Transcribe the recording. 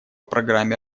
программе